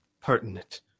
pertinent